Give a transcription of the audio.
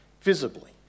visibly